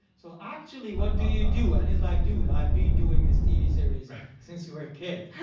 so actually what do you do, and he's like, dude, i've been doing this tv series since you were a kid.